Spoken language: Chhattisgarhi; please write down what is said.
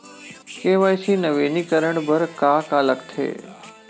के.वाई.सी नवीनीकरण बर का का लगथे?